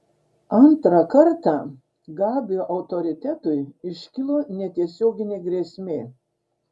antrą kartą gabio autoritetui iškilo netiesioginė grėsmė